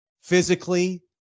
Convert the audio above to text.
physically